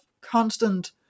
constant